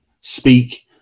speak